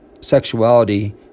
sexuality